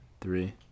Three